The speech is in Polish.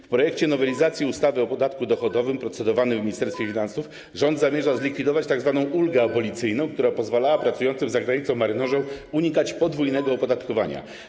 W projekcie nowelizacji ustawy o podatku dochodowym procedowanym w Ministerstwie Finansów rząd zamierza zlikwidować tzw. ulgę abolicyjną, która pozwalała pracującym za granicą marynarzom unikać podwójnego opodatkowania.